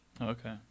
Okay